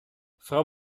frau